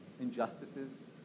injustices